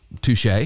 Touche